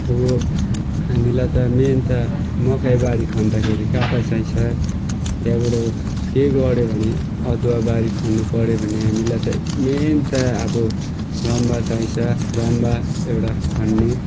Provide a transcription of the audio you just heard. अब हामीलाई त मेन त मकैबारी खाँदाखेरि काँटा चाहिन्छ त्यहाँबाट केही गोड्यो भने अदुवाबारी खन्नु पऱ्यो भने हामीलाई त मेन त अब रम्भा चाहिन्छ रम्भा एउटा खन्ने